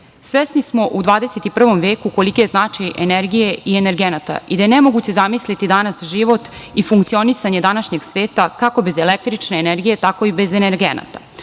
smo u 21. veku koliki je značaj energije i energenata i da je nemoguće zamisliti danas život i funkcionisanje današnjeg sveta kako bez električne energije, tako i bez energenata.